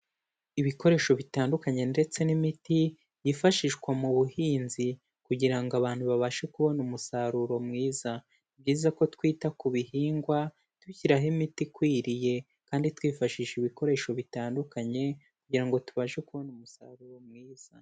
Ibikoresho bitandukanye ndetse n'imiti yifashishwa mu buhinzi kugira ngo abantu babashe kubona umusaruro mwiza. Ni byiza ko twita ku bihingwa dubishyiraho imiti ikwiriye kandi twifashisha ibikoresho bitandukanye, kugira ngo tubashe kubona umusaruro mwiza.